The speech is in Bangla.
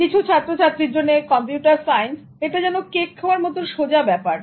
কিছু ছাত্র ছাত্রীর জন্য কম্পিউটার সাইন্স এটা যেন কেক খাওয়ার মত সহজ ব্যাপার